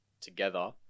together